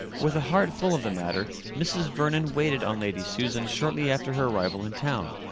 with a heart full of the matter, mrs. vernon waited on lady susan shortly after her arrival in town,